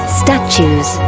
statues